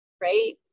right